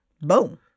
boom